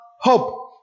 hope